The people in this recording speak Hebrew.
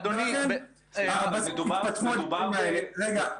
אדוני --- ולכן --- מדובר --- רגע.